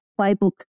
playbook